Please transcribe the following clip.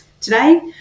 today